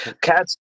cats